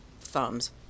thumbs